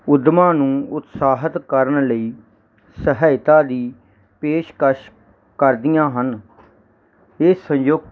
ਉੱਦਮਾਂ ਨੂੰ ਉਤਸਾਹਿਤ ਕਰਨ ਲਈ ਸਹਾਇਤਾ ਦੀ ਪੇਸ਼ਕਸ਼ ਕਰਦੀਆਂ ਹਨ ਇਹ ਸੰਯੁਕਤ